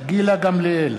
גילה גמליאל,